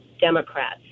Democrats